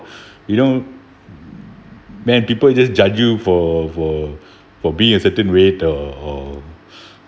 you know when people just judge you for for for being a certain rate or or